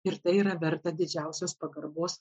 ir tai yra verta didžiausios pagarbos